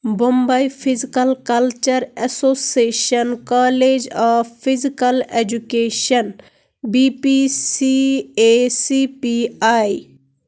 Bombay physical culture association college of physical education B P C A C P I